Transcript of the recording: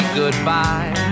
goodbye